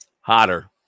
hotter